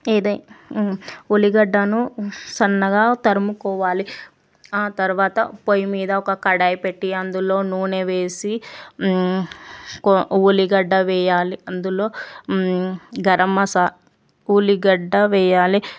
ఏదైనా ఉల్లిగడ్డను సన్నగా తరుముకోవాలి ఆ తర్వాత పొయ్యి మీద ఒక కడాయి పెట్టి అందులో నూనెవేసి ఉల్లిగడ్డ వెయ్యాలి అందులో గరంమసా ఉల్లిగడ్డ వెయ్యాలి